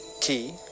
key